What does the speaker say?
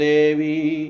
Devi